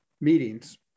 meetings